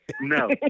No